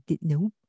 No